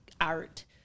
art